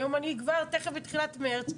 היום אני תיכף בתחילת מרץ.